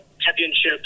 Championships